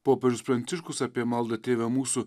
popiežius pranciškus apie maldą tėve mūsų